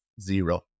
zero